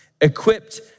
equipped